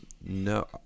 no